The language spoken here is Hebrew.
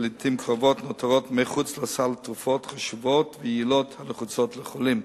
ולעתים קרובות נותרות מחוץ לסל תרופות חשובות ויעילות הנחוצות לחולים.